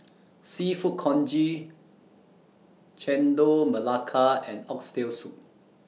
Seafood Congee Chendol Melaka and Oxtail Soup